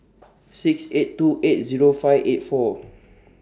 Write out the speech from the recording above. six eight two eight Zero five eight four